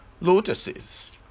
lotuses